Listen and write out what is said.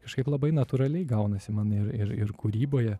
kažkaip labai natūraliai gaunasi man ir ir ir kūryboje